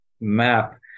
map